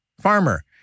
farmer